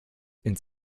ins